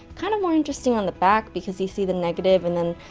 kind of more interesting on the back, because you see the negative and then,